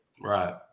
Right